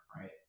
right